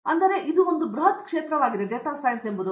ಇಂದು ಇದು ಒಂದು ಬೃಹತ್ ಕ್ಷೇತ್ರವಾಗಿದ್ದು ಅದು ಒಂದು ತುದಿಯಾಗಿದೆ